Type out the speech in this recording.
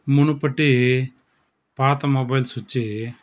మునుపటి పాత మొబైల్స్ వచ్చి